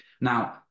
Now